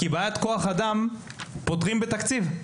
כי בעיית כוח אדם פותרים בתקציב.